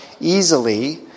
easily